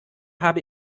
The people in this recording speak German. habe